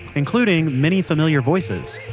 including many familiar voices.